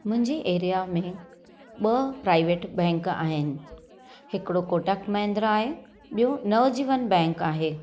मुहिंजी एरिया में ॿ प्राइवेट बैंक आहिनि हिकड़ो कोटक महेंद्रा आहे ॿियो नवजीवन बैक आहे